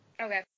Okay